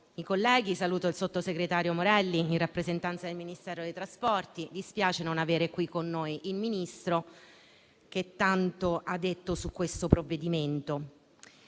saluto il sottosegretario Morelli in rappresentanza del Ministero dei trasporti, ma dispiace non avere qui con noi il Ministro che tanto ha detto su questo provvedimento.